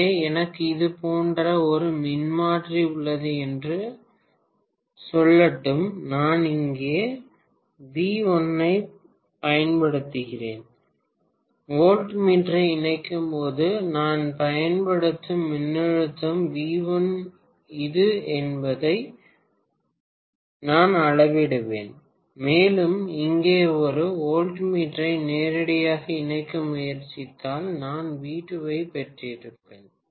எனவே எனக்கு இது போன்ற ஒரு மின்மாற்றி உள்ளது என்று சொல்லட்டும் நான் இங்கே வி 1 ஐப் பயன்படுத்துகிறேன் வோல்ட்மீட்டரை இணைக்கும்போது நான் பயன்படுத்தும் மின்னழுத்தம் வி 1 எது என்பதை நான் அளவிடுவேன் மேலும் இங்கே ஒரு வோல்ட்மீட்டரை நேரடியாக இணைக்க முயற்சித்தால் நான் வி 2 ஐப் பெற்றிருப்பேன்